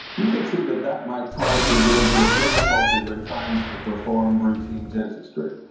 you can see that that might cause a little bit of difficulty when trying to perform routine dentistry.